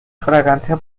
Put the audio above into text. fragancia